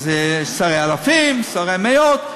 אז יש שרי אלפים, שרי מאות.